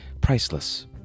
Priceless